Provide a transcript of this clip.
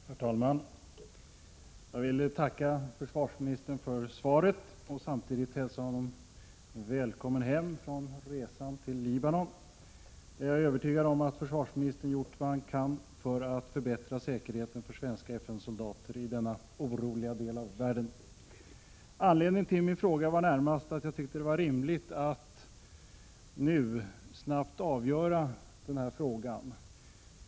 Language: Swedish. Herr talman! Jag vill tacka försvarsministern för svaret och samtidigt hälsa honom välkommen hem efter resan till Libanon. Jag är övertygad om att försvarsministern har gjort vad han kan för att förbättra säkerheten för svenska FN-soldater i denna oroliga del av världen. Anledningen till min fråga är närmast att jag tycker det är rimligt att detta ärende nu avgörs snabbt.